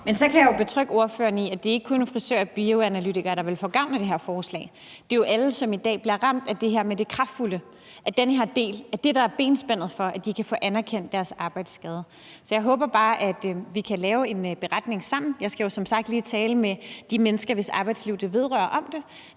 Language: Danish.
Så kan jeg betrygge ordføreren i, at det ikke kun er frisører og bioanalytikere, der vil få gavn af det her forslag. Det er jo alle, som i dag bliver ramt af det her med kraftanvendelse. Det er det, der er benspændet for, at de kan få anerkendt deres arbejdsskade. Så jeg håber bare, vi kan lave en beretning sammen – jeg skal jo som sagt lige tale med de mennesker, hvis arbejdsliv det vedrører, om det